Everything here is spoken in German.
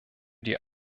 die